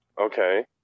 Okay